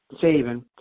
saving